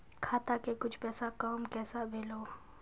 खाता के कुछ पैसा काम कैसा भेलौ?